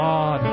God